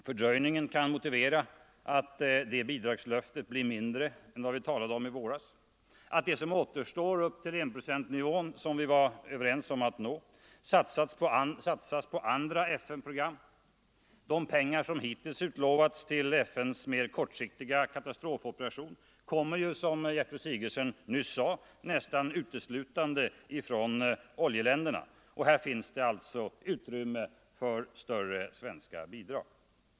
Fördröjningen kan motivera att det utlovade bidraget blir mindre än vad vi talade om i våras, att det som återstår upp till enprocentsnivån — Som vi var överens om att nå — satsas på andra FN-program. De pengar som hittills utlovats till FN:s mer kortsiktiga katastrofoperation kommer, som Gertrud Sigurdsen nyss sade, nästan uteslutande från oljeländerna. Här finns det alltså utrymme för större svenska bidrag.